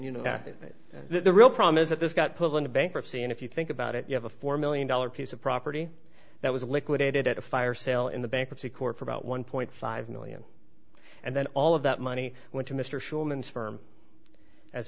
you know the real problem is that this got pulled into bankruptcy and if you think about it you have a four million dollar piece of property that was liquidated at a fire sale in the bankruptcy court for about one point five million and then all of that money went to mr shulman's firm as